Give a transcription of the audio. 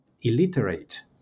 illiterate